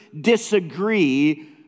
disagree